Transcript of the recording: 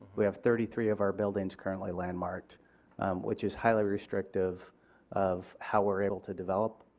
we have thirty three of our buildings currently landmarked which is highly restrictive of how we are able to develop.